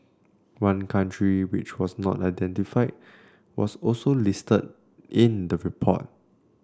one country which was not identified was also listed in the report